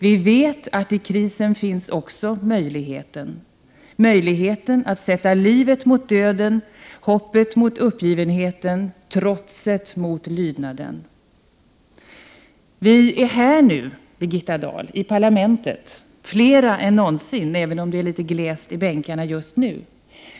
Vi vet att i krisen finns också möjligheten — möjligheten att sätta livet mot döden, hoppet mot uppgivenheten, trotset mot lydnaden. Vi är här nu, Birgitta Dahl, i parlamentet, flera än någonsin, även om det är litet glest i bänkarna just nu.